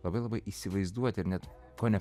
labai labai įsivaizduoti ir net fone